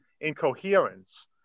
incoherence